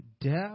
death